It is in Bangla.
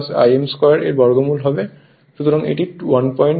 সুতরাং এটি 1212 অ্যাম্পিয়ার হবে